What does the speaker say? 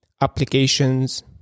applications